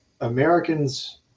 Americans